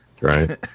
Right